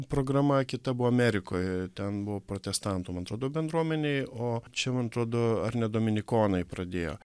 programa kita buvo amerikoje ten buvo protestantų man atrodo bendruomenei o čia man atrodo ar ne dominikonai pradėjo